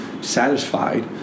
satisfied